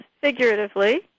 figuratively